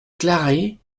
clarée